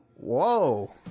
Whoa